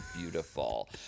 beautiful